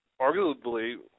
arguably –